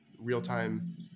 real-time